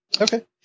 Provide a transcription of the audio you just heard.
Okay